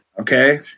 okay